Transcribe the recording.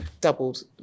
doubled